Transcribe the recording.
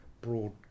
broad